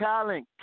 Colin